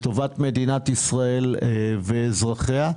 לטובת מדינת ישראל ואזרחיה.